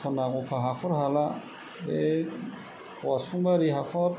खना गफा हाखर हाला बे औवासुं बारि हाखर